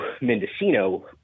Mendocino